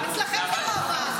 היא הנותנת.